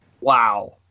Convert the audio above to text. wow